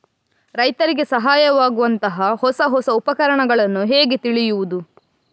ರೈತರಿಗೆ ಸಹಾಯವಾಗುವಂತಹ ಹೊಸ ಹೊಸ ಉಪಕರಣಗಳನ್ನು ಹೇಗೆ ತಿಳಿಯುವುದು?